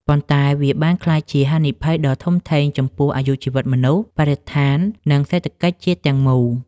ប៉ុន្តែវាបានក្លាយជាហានិភ័យដ៏ធំធេងចំពោះអាយុជីវិតមនុស្ស បរិស្ថាន និងសេដ្ឋកិច្ចជាតិទាំងមូល។